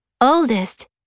oldest